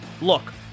Look